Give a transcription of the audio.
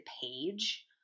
page